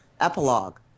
Epilogue